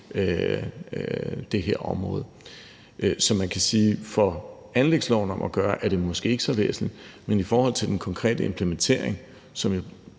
det her område. Så man kan sige, at i forhold til anlægsloven er det måske ikke så væsentligt, men i forhold til den konkrete implementering, som